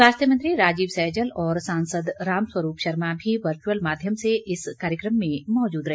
स्वास्थ्य मंत्री राजीव सैजल और सांसद रामस्वरूप शर्मा भी वर्चुअल माध्यम से इस कार्यक्रम में मौजूद रहे